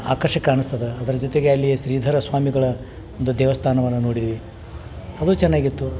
ಆಕರ್ಷಕ ಅನ್ನಿಸ್ತದ ಅದ್ರ ಜೊತೆಗೆ ಅಲ್ಲಿ ಶ್ರೀಧರ ಸ್ವಾಮಿಗಳ ಒಂದು ದೇವಸ್ಥಾನವನ್ನು ನೋಡೀವಿ ಅದೂ ಚೆನ್ನಾಗಿತ್ತು